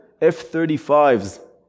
F-35s